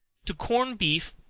to corn beef,